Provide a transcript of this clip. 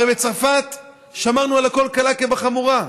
הרי בצרפת שמרנו על הכול, קלה כחמורה.